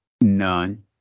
None